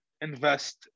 invest